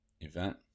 event